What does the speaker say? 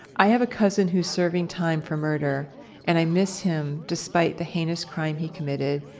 i have a cousin who's serving time for murder and i miss him despite the heinous crime he committed.